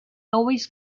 always